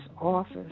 office